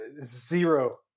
zero